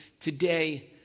Today